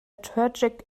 tragic